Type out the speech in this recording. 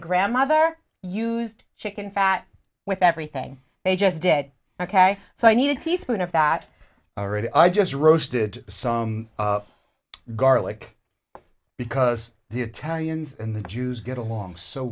grandmother used chicken fat with everything they just dead ok so i needed teaspoon of that already i just roasted some garlic because the italians and the jews get along so